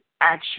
action